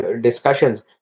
discussions